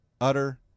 utter